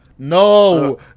No